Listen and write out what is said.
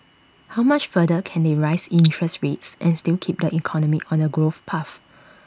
how much further can they raise interest rates and still keep the economy on A growth path